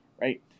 Right